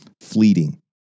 fleeting